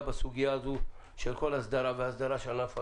בסוגיה הזו של כל ההסדרה של ענף המוניות.